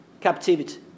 captivity